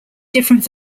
different